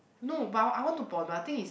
no but I I want to pon but I think is